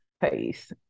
face